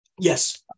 Yes